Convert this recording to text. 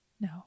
No